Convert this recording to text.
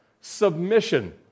Submission